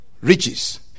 riches